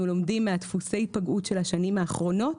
לומדים מדפוסי היפגעות של השנים האחרונות,